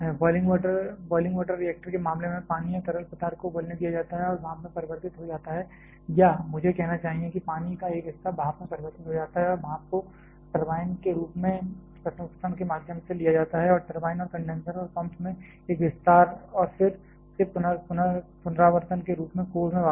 boiling water reactor के मामले में पानी या तरल पदार्थ को उबलने दिया जाता है और भाप में परिवर्तित हो जाता है या मुझे कहना चाहिए कि पानी का एक हिस्सा भाप में परिवर्तित हो जाता है और भाप को टर्बाइन के रूप में बाद के प्रसंस्करण के माध्यम से लिया जाता है और टरबाइन और कंडेनसर और पंप में एक विस्तार और फिर से पुनरावर्तन के रूप में कोर में वापस